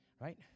Right